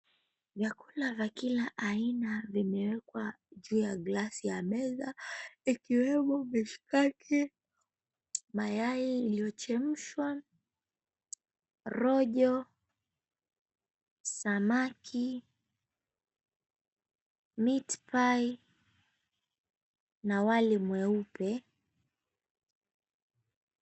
Vyakula vya kila aina vimewekwa juu ya glasi ya meza ikiwemo: mishkaki, mayai yaliyochemshwa, rojo, samaki, meat pie , na wali mweupe.